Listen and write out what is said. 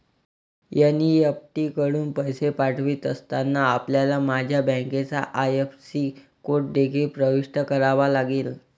NEFT कडून पैसे पाठवित असताना, आपल्याला माझ्या बँकेचा आई.एफ.एस.सी कोड देखील प्रविष्ट करावा लागेल